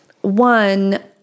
one